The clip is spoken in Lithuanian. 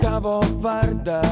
tavo vardą